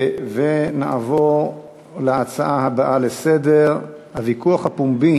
ונעבור להצעה הבאה לסדר-היום: הוויכוח הפומבי